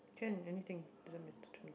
can anything doesn't matter to me